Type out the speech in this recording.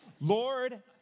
Lord